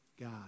God